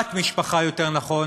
בת משפחה, יותר נכון,